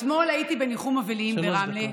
אתמול הייתי בניחום אבלים ברמלה,